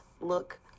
look